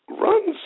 runs